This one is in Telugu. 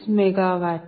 926MW